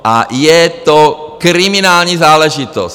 A je to kriminální záležitost.